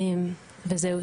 וזהו.